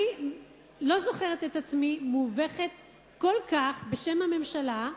אני לא זוכרת את עצמי מובכת כל כך בשם הממשלה,